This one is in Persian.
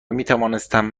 میتوانستم